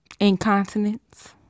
incontinence